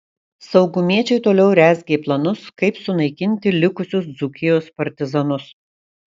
saugumiečiai toliau rezgė planus kaip sunaikinti likusius dzūkijos partizanus